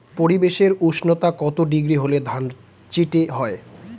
পরিবেশের উষ্ণতা কত ডিগ্রি হলে ধান চিটে হয়?